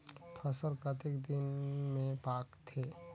फसल कतेक दिन मे पाकथे?